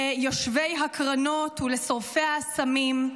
ליושבי הקרנות ולשורפי האסמים,